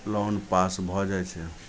loan पास भऽ जाइ छै